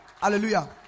Hallelujah